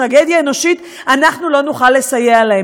טרגדיה אנושית אנחנו לא נוכל לסייע להם.